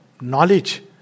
knowledge